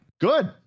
Good